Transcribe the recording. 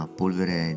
polvere